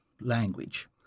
language